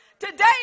Today